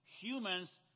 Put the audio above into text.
humans